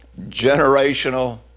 generational